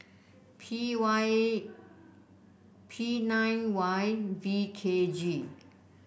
P Y P nine Y V K G